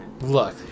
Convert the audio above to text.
Look